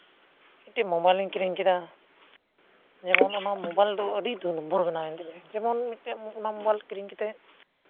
ᱢᱤᱫᱴᱤᱡ ᱢᱳᱵᱟᱭᱤᱞ ᱤᱧ ᱠᱤᱨᱤᱧ ᱠᱮᱫᱟ ᱡᱮᱢᱚᱱ ᱚᱱᱟ ᱢᱳᱵᱟᱭᱤᱞ ᱫᱚ ᱟᱹᱰᱤ ᱫᱩ ᱱᱚᱢᱵᱚᱨ ᱵᱮᱱᱟᱣ ᱮᱱ ᱛᱤᱧᱟ ᱡᱮᱢᱚᱱ ᱢᱤᱫᱴᱮᱡ ᱚᱱᱟ ᱢᱳᱵᱟᱭᱤᱞ ᱠᱤᱨᱤᱧ ᱠᱟᱛᱮ